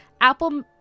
Apple